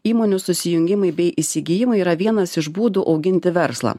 įmonių susijungimai bei įsigijimai yra vienas iš būdų auginti verslą